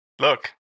Look